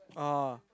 oh